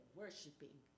worshiping